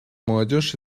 молодежь